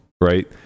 right